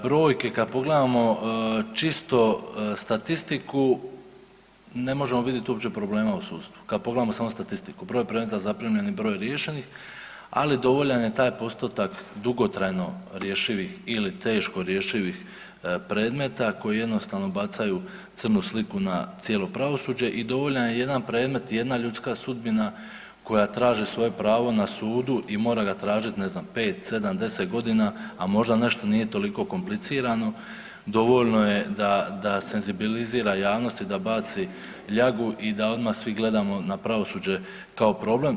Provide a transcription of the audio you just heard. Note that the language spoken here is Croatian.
Brojke kad pogledamo čisto statistiku ne možemo vidjeti uopće probleme u sudstvu, kad pogledamo samo statistiku, broj predmeta zaprimljenih, broj riješenih, ali dovoljan je taj postotak dugotrajno ili teško rješivih predmeta koji jednostavno bacaju crnu sliku na cijelo pravosuđe i dovoljan je jedan predmet jedna ljudska sudbina koja traži svoje pravo na sudu i mora ga tražiti ne znam 5, 7, 10 godina, a možda nešto nije toliko komplicirano, dovoljno je da senzibilizira javnost i da baci ljagu i da odmah svi gledamo na pravosuđe kao problem.